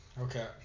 Okay